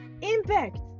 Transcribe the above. impact